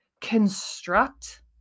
construct